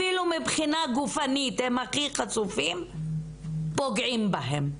אפילו מבחינה גופנית הם הכי חשופים, פוגעים בהם.